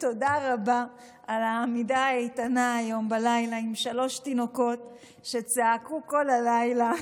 תודה רבה על העמידה האיתנה הלילה עם שלושה תינוקות שצעקו כל הלילה.